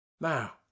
Now